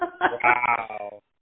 Wow